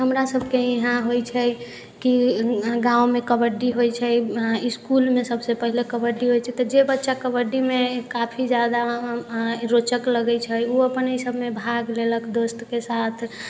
हमरा सभके इहाँ होइ छै कि गाँवमे कबड्डी होइ छै अऽ इसकुलमे सभसँ पहिले कबड्डी होइ छै तऽ जे बच्चा कबड्डीमे काफी जादा रोचक लगै छै उ अपन अय सभमे भाग लेलक दोस्तके साथ